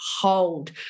hold